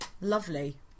lovely